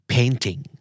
Painting